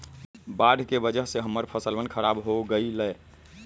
बाढ़ के वजह से हम्मर फसलवन खराब हो गई लय